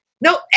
No